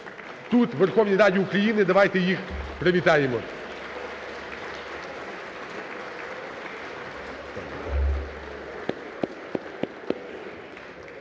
тут, у Верховній Раді України. Давайте їх привітаємо.